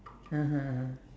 (uh huh)